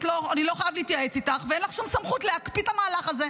אני לא חייב להתייעץ איתך ואין לך שום סמכות להקפיא את המהלך הזה.